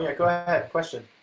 yeah go ahead, question.